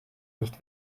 nicht